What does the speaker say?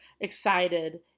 Excited